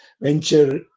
venture